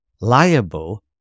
Liable